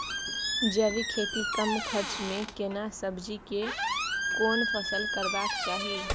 जैविक खेती कम खर्च में केना सब्जी के कोन फसल करबाक चाही?